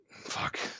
fuck